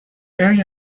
area